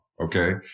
okay